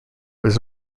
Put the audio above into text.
was